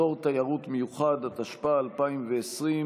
(אזור תיירות מיוחד), התשפ"א 2020,